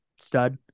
stud